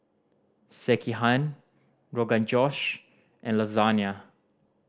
Sekihan Rogan Josh and Lasagne